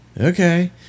okay